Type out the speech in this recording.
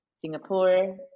Singapore